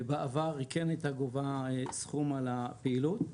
בעבר היא כן הייתה גובה סכום על הפעילות,